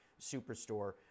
Superstore